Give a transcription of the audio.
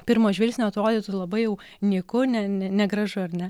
pirmo žvilgsnio atrodytų labai jau nyku ne ne negražu ar ne